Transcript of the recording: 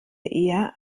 eher